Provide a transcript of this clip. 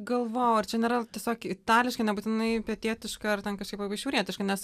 galvojau ar čia nėra tiesiog itališka nebūtinai pietietiška ar ten kažkaip labai šiaurietiška nes